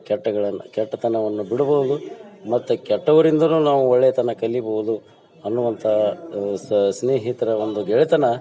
ಕೆಟ್ಟಗಳನ್ನು ಕೆಟ್ಟತನವನ್ನು ಬಿಡ್ಬೋದು ಮತ್ತು ಕೆಟ್ಟವರಿಂದಲೂ ನಾವು ಒಳ್ಳೆಯತನ ಕಲಿಬೋದು ಅನ್ನುವಂಥ ಸ್ನೇಹಿತರ ಒಂದು ಗೆಳೆತನ